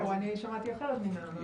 אני שמעתי אחרת מנעמה.